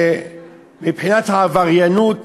שמבחינת העבריינות